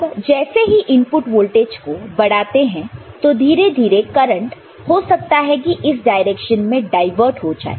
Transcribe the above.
अब जैसे ही इनपुट वोल्टेज को बढ़ाते हैं तो धीरे धीरे करंट हो सकता है कि इस डायरेक्शन में डाइवर्ट हो जाए